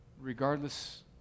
Regardless